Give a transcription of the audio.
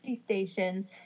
station